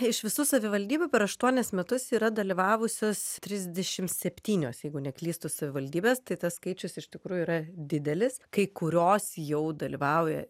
iš visų savivaldybių per aštuonis metus yra dalyvavusios trisdešimt septynios jeigu neklystu savivaldybės tai tas skaičius iš tikrųjų yra didelis kai kurios jau dalyvauja